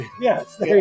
Yes